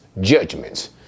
judgments